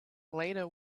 later